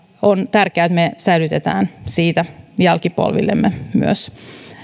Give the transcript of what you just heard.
on tärkeää että me säilytämme siitä jälkipolvillemme myös